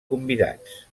convidats